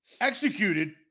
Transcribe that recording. executed